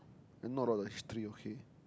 I not all that History okay